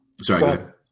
sorry